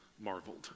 marveled